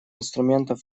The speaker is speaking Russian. инструментом